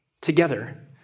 together